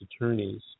attorneys